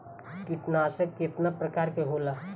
कीटनाशक केतना प्रकार के होला?